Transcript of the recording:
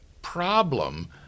problem